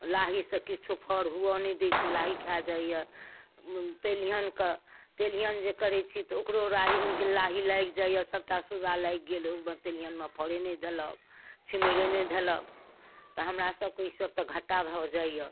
लाही सँ किछो फऽर हुअऽ नहि दै छै ओ लाही खा जाइया तेलिहनके तेलिहन जे करै छी तऽ ओकरो राही लाही लागि जाइया सभटा सूरा लागि गेल ओहिमे तेलिहनमे फरे नहि धेलक छिमैरे नहि धेलक तऽ हमरा सभके ई सभ तऽ घाटा भऽ जाइया